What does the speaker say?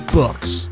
books